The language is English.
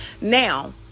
Now